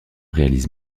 réalisent